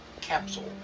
capsule